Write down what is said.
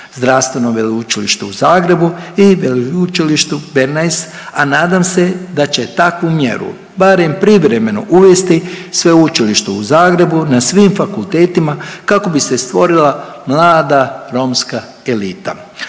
Zdravstveno veleučilište u Zagrebu i Veleučilištu Bernays, a nadam se da će takvu mjeru barem privremeno uvesti Sveučilište u Zagrebu na svim fakultetima kako bi se stvorila mlada romska elita.